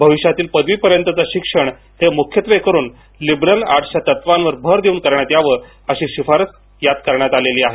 भविष्यातील पदवी पर्यंतचे शिक्षण हे मुख्यत्वे करून लिबरल आर्टस्च्या तत्वांवर भर देऊन करण्यात यावे अशी शिफारस या नवीन शिक्षण धोरणात करण्यात आलेली आहे